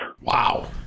Wow